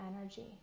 energy